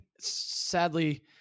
sadly